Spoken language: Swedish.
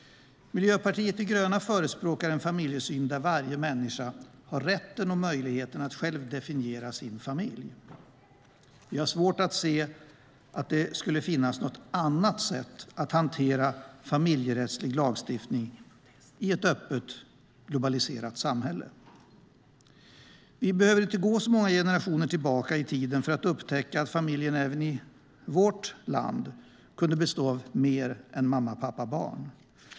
Miljöpartiet de gröna förespråkar en familjesyn där varje människa har rätten och möjligheten att själv definiera sin familj. Vi har svårt att se att det skulle finnas något annat sätt att hantera familjerättslig lagstiftning i ett öppet globaliserat samhälle. Vi behöver inte gå så många generationer tillbaka i tiden för att upptäcka att familjen även i vårt land kunde bestå av mer än mamma, pappa, barn.